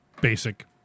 basic